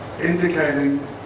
indicating